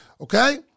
Okay